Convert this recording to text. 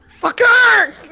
Fucker